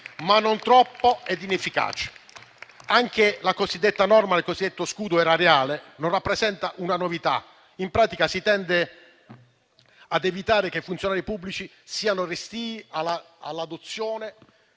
ma non troppi e inefficaci. Anche la cosiddetta norma sullo scudo erariale non rappresenta una novità: in pratica si tende a evitare che funzionari pubblici siano restii all'adozione